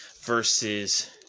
versus